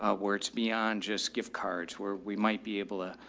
ah where it's beyond just gift cards where we might be able to, ah,